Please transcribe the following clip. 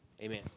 Amen